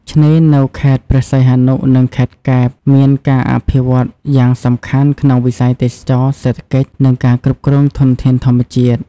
ឆ្នេរនៅខេត្តព្រះសីហនុ និងខេត្តកែប មានការអភិវឌ្ឍន៍យ៉ាងសំខាន់ក្នុងវិស័យទេសចរណ៍ សេដ្ឋកិច្ច និងការគ្រប់គ្រងធនធានធម្មជាតិ។